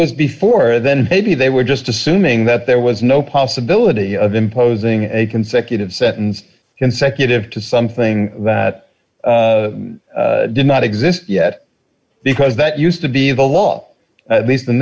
or before and then maybe they were just assuming that there was no possibility of imposing any consecutive sentence consecutive to something that did not exist yet because that used to be the law at least in